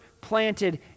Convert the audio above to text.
planted